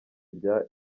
rya